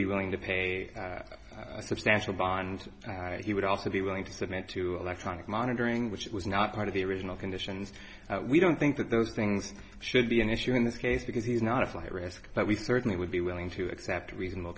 be willing to pay a substantial bond and he would also be willing to submit to electronic monitoring which was not part of the original conditions we don't think that those things should be an issue in this case because he's not a flight risk but we certainly would be willing to accept reasonable